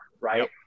Right